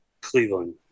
Cleveland